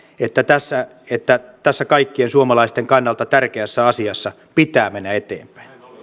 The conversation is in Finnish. että tässä että tässä kaikkien suomalaisten kannalta tärkeässä asiassa pitää mennä eteenpäin